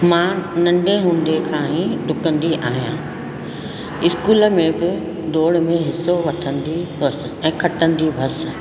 मां नंढे हूंदे खां ई ॾुकंदी आहियां स्कूल में त दौड़ में हिस्सो वठंदी हुअसि ऐं खटंदी हुअसि